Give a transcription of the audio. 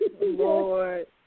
Lord